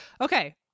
Okay